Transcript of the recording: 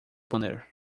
banner